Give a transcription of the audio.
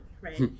right